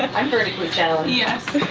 i'm vertically challenged. yes.